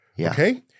okay